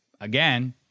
Again